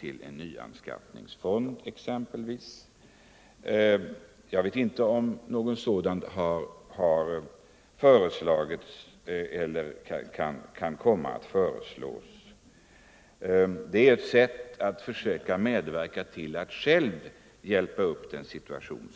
till en nyanskaffningsfond. Jag vet inte om något sådant har föreslagits eller kan komma att föreslås. Men det är ett sätt på vilket redarna själva kan förbättra den nuvarande situationen.